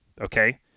okay